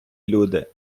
люди